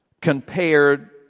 compared